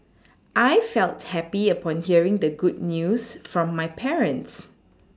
I felt happy upon hearing the good news from my parents